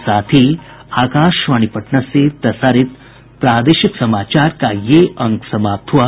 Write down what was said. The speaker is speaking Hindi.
इसके साथ ही आकाशवाणी पटना से प्रसारित प्रादेशिक समाचार का ये अंक समाप्त हुआ